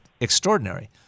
extraordinary